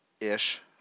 ish